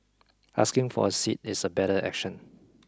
asking for a seat is a better action